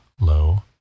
low